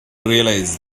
realise